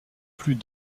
plus